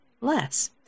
less